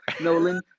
Nolan